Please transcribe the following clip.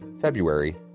February